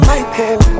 Michael